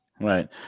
Right